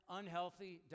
unhealthy